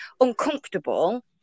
uncomfortable